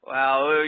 Wow